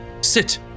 sit